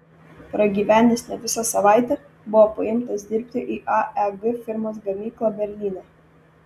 pragyvenęs ne visą savaitę buvo paimtas dirbti į aeg firmos gamyklą berlyne